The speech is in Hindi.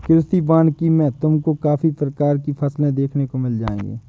कृषि वानिकी में तुमको काफी प्रकार की फसलें देखने को मिल जाएंगी